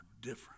different